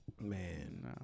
man